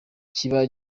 kiba